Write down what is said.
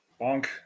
Bonk